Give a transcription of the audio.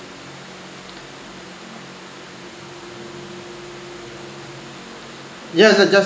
yeah yeah just